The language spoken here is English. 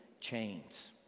chains